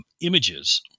images